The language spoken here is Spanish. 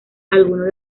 algunos